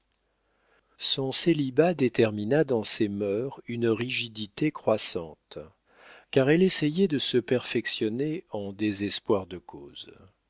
son célibat détermina dans ses mœurs une rigidité croissante car elle essayait de se perfectionner en désespoir de cause